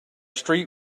street